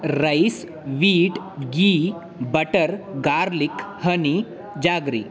rice wheat ghee butter garlic honey jaggery